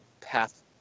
path